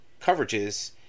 coverages